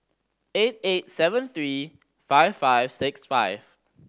eight eight seven three five five six five